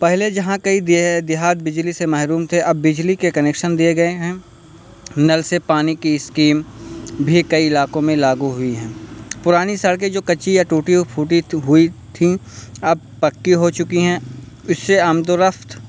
پہلے جہاں کئی دی دیہات بجلی سے محروم تھے اب بجلی کے کنیکشن دیے گئے ہیں نل سے پانی کی اسکیم بھی کئی علاقوں میں لاگو ہوئی ہیں پرانی سڑکیں جو کچی یا ٹوٹی او پھوٹی ہوئی تھیں اب پکی ہو چکی ہیں اس سے آمد و رفت